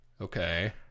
Okay